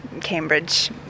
Cambridge